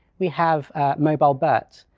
we have mobile bert.